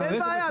אין בעיה,